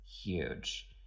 huge